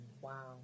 Wow